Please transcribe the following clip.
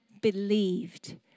believed